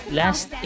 last